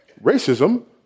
racism